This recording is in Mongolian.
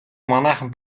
манайхан